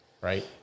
Right